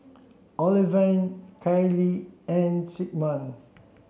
Olivine Kailee and Sigmund